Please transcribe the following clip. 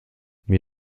mir